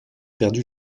perdu